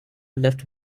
left